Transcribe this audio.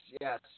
yes